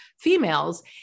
females